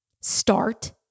Start